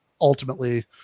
ultimately